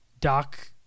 Doc